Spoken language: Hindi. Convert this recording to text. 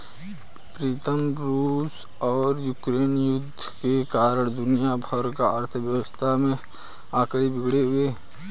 प्रीतम रूस और यूक्रेन युद्ध के कारण दुनिया भर की अर्थव्यवस्था के आंकड़े बिगड़े हुए